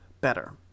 better